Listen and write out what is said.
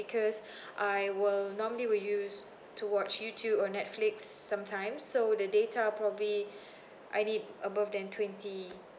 because I will normally will use to watch youtube or netflix sometime so the data probably I need above than twenty